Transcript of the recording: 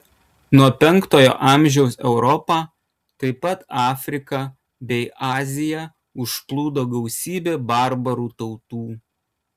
nuo penktojo amžiaus europą taip pat afriką bei aziją užplūdo gausybė barbarų tautų